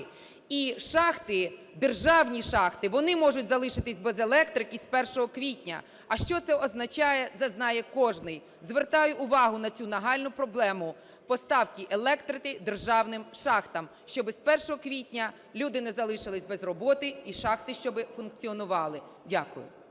І шахти, державні шахти, вони можуть залишитись без електрики з 1 квітня. А що це означає, це знає кожний. Звертаю увагу на цю нагальну проблему – поставки електрики державним шахтам, щоби з 1 квітня люди не залишились без роботи і шахти щоби функціонували. Дякую.